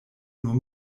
nur